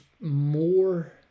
more